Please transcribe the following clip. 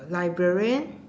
librarian